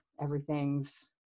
everything's